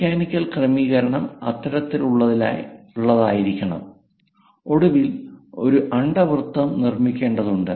mechanical ക്രമീകരണം അത്തരത്തിലുള്ളതായിരിക്കണം ഒടുവിൽ ഒരു അണ്ഡവൃത്തം നിർമ്മിക്കേണ്ടതുണ്ട്